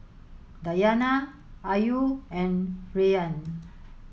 Dayana Ayu and Rayyan